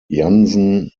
jansen